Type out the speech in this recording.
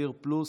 סביר פלוס: